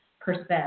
percent